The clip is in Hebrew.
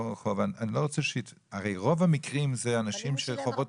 הרי רוב המקרים זה אנשים שיש להם חובות קטנים.